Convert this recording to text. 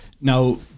now